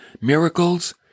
Miracles